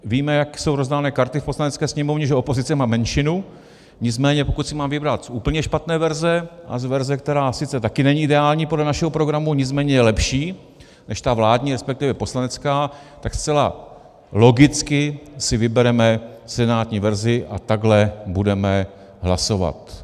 Víme, jak jsou rozdány karty v Poslanecké sněmovně, že opozice má menšinu, nicméně pokud si mám vybrat z úplně špatné verze a verze, která sice také není ideální podle našeho programu, nicméně je lepší než ta vládní, resp. poslanecká, tak zcela logicky si vybereme senátní verzi a takhle budeme hlasovat.